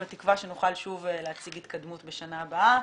בתקווה שנוכל שוב להציג התקדמות בשנה הבאה.